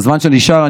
בזמן שנשאר,